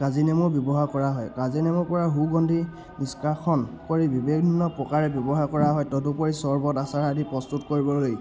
কাজিনেমু ব্যৱহাৰ কৰা হয় কাজিনেমুৰপৰা সুগন্ধি নিষ্কাশন কৰি বিভিন্ন প্ৰকাৰে ব্যৱহাৰ কৰা হয় তদুপৰি চৰ্বত আচাৰ আদি প্ৰস্তুত কৰিবলৈ